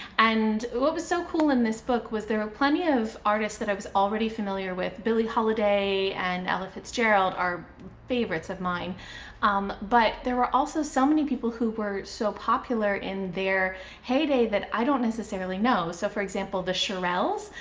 and what was so cool in this book was there were plenty of artists that i was already familiar with billie holiday and ella fitzgerald are favorites of mine um but there were also so many people who were so popular in their heyday that i don't necessarily know. so, for example, the shirelles.